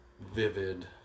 vivid